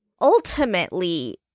ultimately